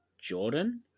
Jordan